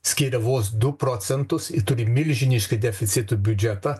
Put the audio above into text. skiria vos du procentus ji turi milžinišką deficitų biudžetą